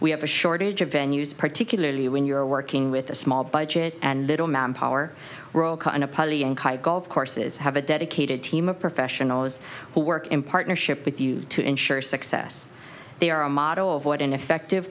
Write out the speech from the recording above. we have a shortage of venues particularly when you're working with a small budget and little manpower golf courses have a dedicated team of professionals who work in partnership with you to ensure success they are a model of what an effective